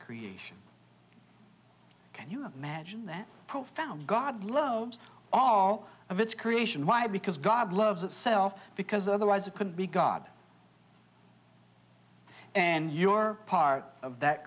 creation can you imagine that profound god loves all of its creation why because god loves itself because otherwise it could be god and your part of that